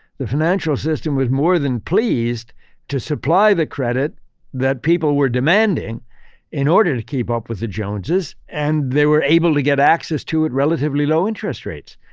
the financial system was more than pleased to supply the credit that people were demanding in order to keep up with the joneses. and they were able to get access to relatively low interest rates.